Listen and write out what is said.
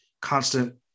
constant